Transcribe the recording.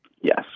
Yes